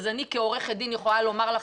אז אני כעורכת דין יכולה לומר לך,